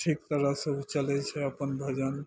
ठीक तरहसँ ओ चलय छै अपन भजन